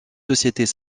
sociétés